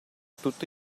tutto